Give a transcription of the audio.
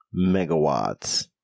megawatts